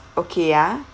okay ah